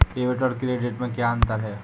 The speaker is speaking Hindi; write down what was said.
डेबिट और क्रेडिट में क्या अंतर है?